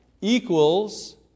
equals